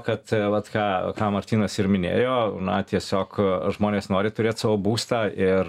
kad vat ką ką martynas ir minėjo na tiesiog žmonės nori turėt savo būstą ir